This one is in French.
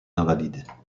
invalides